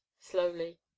slowly